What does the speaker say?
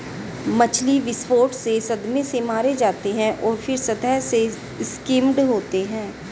मछली विस्फोट से सदमे से मारे जाते हैं और फिर सतह से स्किम्ड होते हैं